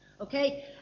Okay